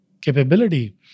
capability